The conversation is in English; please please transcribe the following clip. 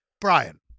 Brian